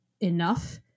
enough